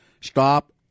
stop